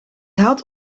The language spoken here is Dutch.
had